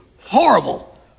horrible